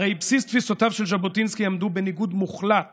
הרי בסיס תפיסותיו של ז'בוטינסקי עמדו בניגוד מוחלט